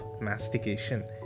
mastication